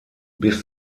bis